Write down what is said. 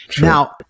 Now